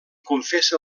confessa